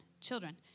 children